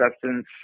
substance